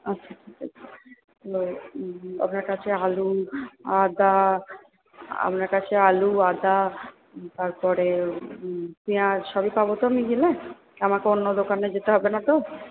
আচ্ছা ঠিক আছে আপনার কাছে আলু আদা আপনার কাছে আলু আদা তারপরে পেয়াঁজ সবই পাবো তো আমি গেলে আমাকে অন্য দোকানে যেতে হবে না তো